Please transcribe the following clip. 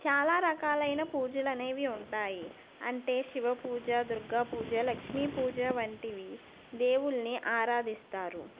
చాలా రకాలైన పూజలు అనేవి ఉంటాయి అంటే శివ పూజ దుర్గా పూజ లక్ష్మీ పూజ వంటివి దేవుళ్ళని ఆరాధిస్తారు